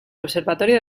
observatorio